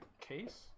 case